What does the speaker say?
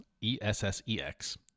E-S-S-E-X